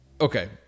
okay